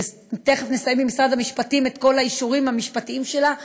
תכף נסיים עם משרד המשפטים את כל האישורים המשפטיים שלה,